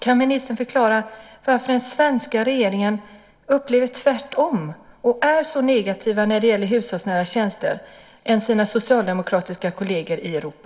Kan ministern förklara varför den svenska regeringen upplever att det är tvärtom och är så mycket mer negativ när det gäller hushållsnära tjänster än sina socialdemokratiska kolleger i Europa?